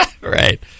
right